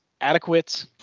adequate